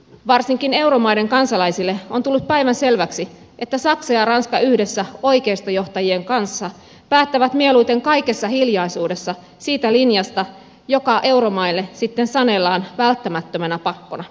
varsinkin euromaiden kansalaisille on tullut päivänselväksi että saksa ja ranska yhdessä oikeistojohtajien kanssa päättävät mieluiten kaikessa hiljaisuudessa siitä linjasta joka euromaille sitten sanellaan välttämättömänä pakkona